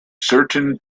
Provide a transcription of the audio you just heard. certain